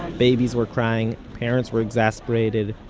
babies were crying, parents were exasperated,